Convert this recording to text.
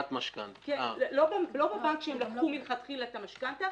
לא בבנק שהם לקחו מלכתחילה את המשכנתא,